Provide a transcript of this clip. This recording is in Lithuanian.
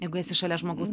jeigu esi šalia žmogaus